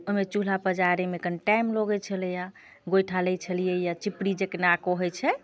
ओहिमे चूल्हा पजारैमे कनी टाइम लगैत छलैए गोइठा लैत छलियैए चिपरी जकरा कहैत छै